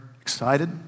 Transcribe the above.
excited